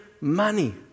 money